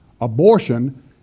Abortion